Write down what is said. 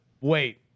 wait